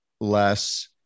less